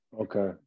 Okay